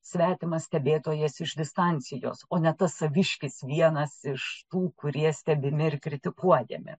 svetimas stebėtojas iš distancijos o ne tas saviškis vienas iš tų kurie stebimi ir kritikuojami